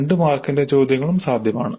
രണ്ട് മാർക്കിന്റെ ചോദ്യങ്ങളും സാധ്യമാണ്